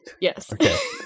yes